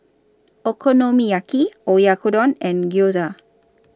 Okonomiyaki Oyakodon and Gyoza